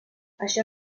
això